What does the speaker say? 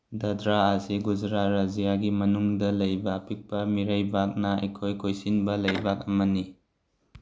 ꯗꯗ꯭ꯔꯥ ꯑꯁꯤ ꯒꯨꯖꯔꯥꯠ ꯔꯥꯖ꯭ꯌꯒꯤ ꯃꯅꯨꯡꯗ ꯂꯩꯕ ꯑꯄꯤꯛꯄ ꯃꯤꯔꯩꯕꯥꯛꯅ ꯏꯀꯣꯏ ꯀꯣꯏꯁꯤꯟꯕ ꯂꯩꯕꯥꯛ ꯑꯃꯅꯤ